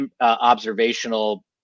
observational